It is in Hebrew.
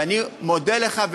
ואני מודה לך.